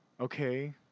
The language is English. okay